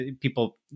people